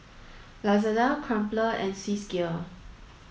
Lazada Crumpler and Swissgear